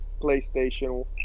PlayStation